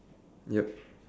yup